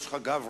סליחה.